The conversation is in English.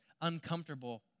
uncomfortable